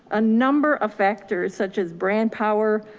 a number of factors such as brand power,